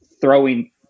throwing